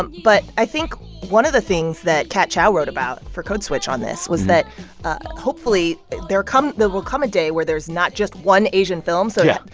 um but i think one of the things that kat chow wrote about for code switch on this was that hopefully there come there will come a day where there's not just one asian film, so it. yeah.